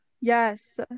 Yes